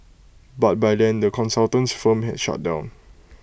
but by then the consultant's firm had shut down